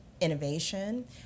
innovation